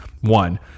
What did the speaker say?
One